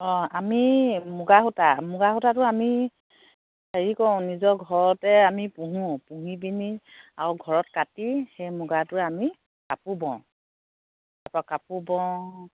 অ' আমি মুগা সূতা মুগা সূতাটো আমি হেৰি কৰো নিজৰ ঘৰতে আমি পুহো পুহি পিনি আৰু ঘৰত কাটি সেই মুগাটো আমি কাপোৰ বওঁ তাৰপৰা কাপোৰ বওঁ